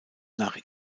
nach